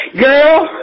girl